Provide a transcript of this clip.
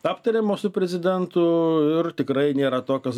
aptariamos su prezidentu ir tikrai nėra tokios